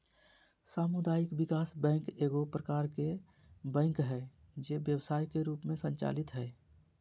सामुदायिक विकास बैंक एगो प्रकार के बैंक हइ जे व्यवसाय के रूप में संचालित हइ